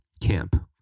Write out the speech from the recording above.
camp